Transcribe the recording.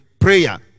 prayer